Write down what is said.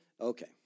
Okay